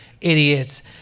idiots